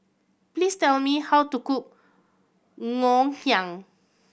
please tell me how to cook Ngoh Hiang